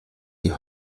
die